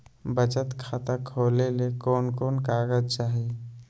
बचत खाता खोले ले कोन कोन कागज चाही?